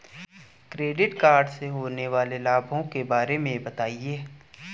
Credit card से होने वाले लाभों के बारे में बताएं?